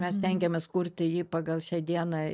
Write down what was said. mes stengiamės kurti jį pagal šią dieną